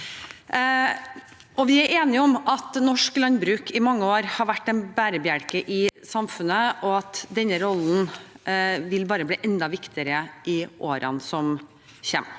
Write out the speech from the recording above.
Vi er enige om at norsk landbruk i mange år har vært en bærebjelke i samfunnet, og at denne rollen bare vil bli enda viktigere i årene som kommer.